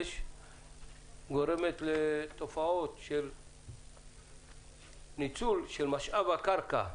גורם לתופעות של ניצול של משאב הקרקע.